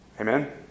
Amen